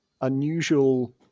unusual